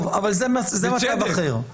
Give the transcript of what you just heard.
נכון, אבל זה מצב אחר.